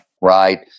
right